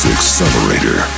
Accelerator